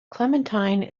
clementine